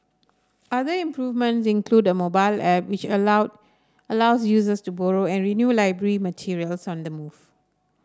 other improvement include a mobile app which allow allows users to borrow and renew library materials on the move